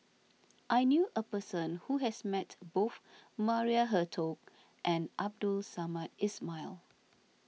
I knew a person who has met both Maria Hertogh and Abdul Samad Ismail